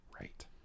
Right